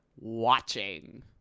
watching